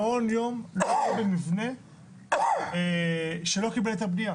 שמעון יום לא יהיה במבנה שלא קיבל היתר בנייה.